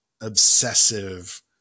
obsessive